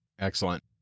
excellent